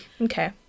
Okay